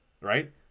Right